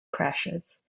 crashes